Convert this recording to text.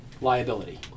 liability